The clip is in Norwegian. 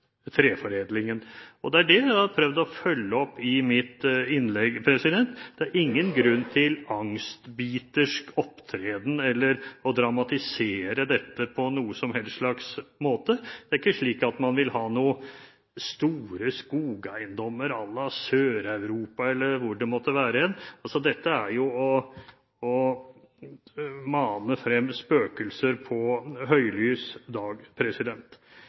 treforedlingen. Det er det jeg har prøvd å følge opp i mitt innlegg. Det er ingen grunn til angstbitersk opptreden eller til å dramatisere dette på noen som helst slags måte. Det er ikke slik at man vil ha store skogeiendommer à la Sør-Europa eller hvor det måtte være – dette er jo å mane frem spøkelser på høylys dag.